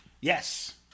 Yes